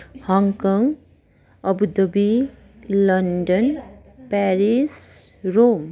Hong Kong Abu Dhabi London Paris Rome